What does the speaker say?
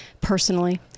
personally